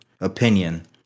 opinion